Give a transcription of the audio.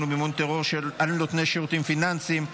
ומימון טרור על נותני שירותים פיננסיים),